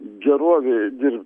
gerovei dirbt